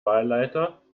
wahlleiter